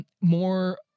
more